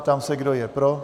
Ptám se, kdo je pro.